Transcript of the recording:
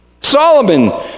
solomon